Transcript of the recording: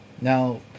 Now